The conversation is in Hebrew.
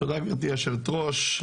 תודה גברתי יושבת הראש.